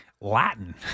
Latin